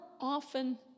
often